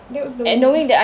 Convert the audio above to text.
that was the worst